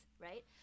right